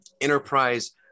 enterprise